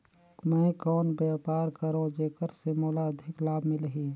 मैं कौन व्यापार करो जेकर से मोला अधिक लाभ मिलही?